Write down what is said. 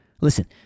Listen